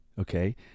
Okay